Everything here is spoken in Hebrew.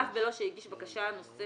אף בלא שהגיש בקשה נוספת